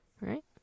Right